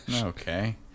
Okay